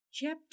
Chapter